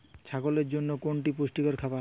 ছাগলের জন্য কোনটি পুষ্টিকর খাবার?